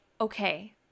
okay